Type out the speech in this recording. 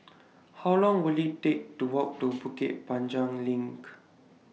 How Long Will IT Take to Walk to Bukit Panjang LINK